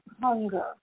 Hunger